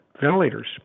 ventilators